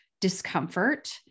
discomfort